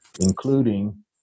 including